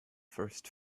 first